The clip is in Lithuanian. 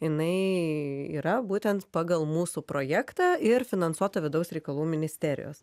jinai yra būtent pagal mūsų projektą ir finansuota vidaus reikalų ministerijos